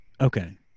Okay